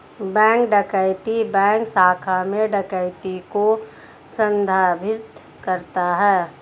bank डकैती bank शाखा में डकैती को संदर्भित करता है